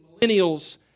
millennials